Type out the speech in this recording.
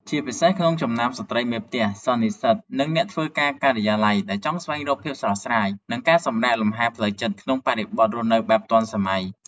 ជាពិសេសក្នុងចំណោមស្រ្តីមេផ្ទះ សិស្សនិស្សិត និងអ្នកធ្វើការការិយាល័យ ដែលចង់ស្វែងរកភាពស្រស់ស្រាយ និងការសម្រាកលំហែផ្លូវចិត្តក្នុងបរិបទរស់នៅបែបទាន់សម័យ។